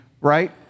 right